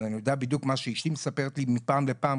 אבל אני יודע בדיוק ממה שאשתי מספרת לי מפעם לפעם,